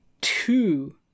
two